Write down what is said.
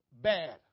bad